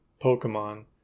Pokemon